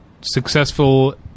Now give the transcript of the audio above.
successful